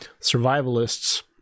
survivalists